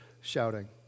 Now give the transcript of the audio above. shouting